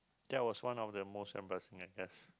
that was one of the most embarrassing I guess